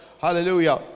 Hallelujah